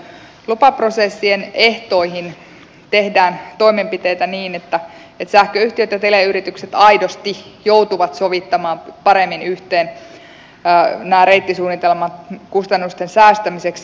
lupaprosessien ehtoihin tehdään toimenpiteitä niin että sähköyhtiöt ja teleyritykset aidosti joutuvat sovittamaan paremmin yhteen reittisuunnitelmat kustannusten säästämiseksi